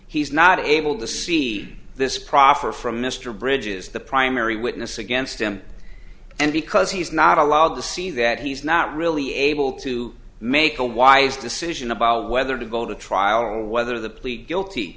he's not able to see this proffer from mr bridges the primary witness against him and because he's not allowed to see that he's not really able to make a wise decision about whether to go to trial or whether the plead guilty